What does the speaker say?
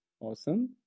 Awesome